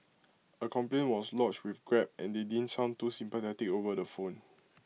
A complaint was lodged with grab and they didn't sound too sympathetic over the phone